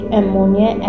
ammonia